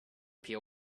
peel